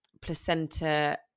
placenta